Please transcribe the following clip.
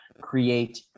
create